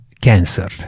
cancer